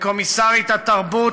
וקומיסרית התרבות,